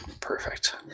Perfect